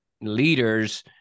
leader's